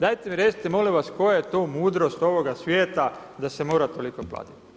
Dajte mi recite molim vas koja je to mudrost ovoga svijeta da se mora toliko platit?